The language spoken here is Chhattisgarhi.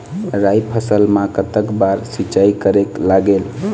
राई फसल मा कतक बार सिचाई करेक लागेल?